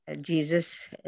Jesus